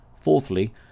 Fourthly